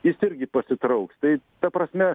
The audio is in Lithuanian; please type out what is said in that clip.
jis irgi pasitrauks tai ta prasme